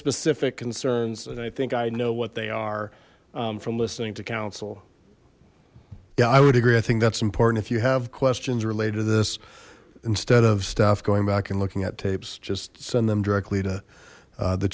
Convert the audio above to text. specific concerns and i think i know what they are from listening to counsel yeah i would agree i think that's important if you have questions related to this instead of stuff going back and looking at tapes just send them directly to